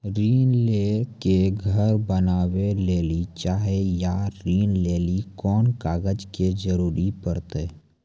ऋण ले के घर बनावे लेली चाहे या ऋण लेली कोन कागज के जरूरी परतै?